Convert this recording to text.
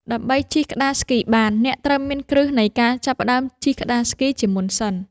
ដើម្បីជិះក្ដារស្គីបាន អ្នកត្រូវមានគ្រឹះនៃការចាប់ផ្ដើមជិះក្ដារស្គីជាមុនសិន។